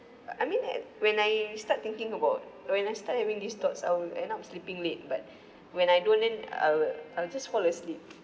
I mean at when I start thinking about when I start having this thoughts I will end up sleeping late but when I don't then I will I'll just fall asleep